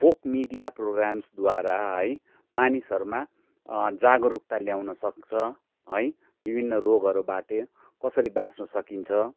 folk media प्रोग्राम्सद्वारा है मानिसहरूमा जागरुकता ल्याउन सक्छ है विभिन्न रोगहरूबाटे कसरी बाँच्न सकिन्छ